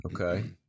okay